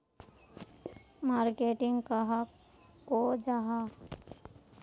Marketing कहाक को जाहा?